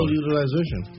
utilization